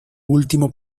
último